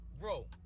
Bro